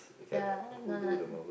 ya no not